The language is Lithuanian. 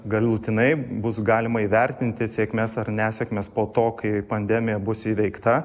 galutinai bus galima įvertinti sėkmes ar nesėkmes po to kai pandemija bus įveikta